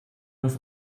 auf